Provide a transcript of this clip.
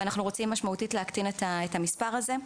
ואנחנו רוצים להקטין את המספר באופן ניכר .